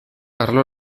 arlo